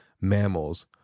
mammals